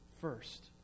first